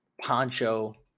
poncho